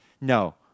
No